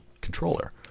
controller